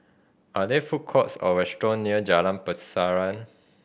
are there food courts or restaurant near Jalan Pasaran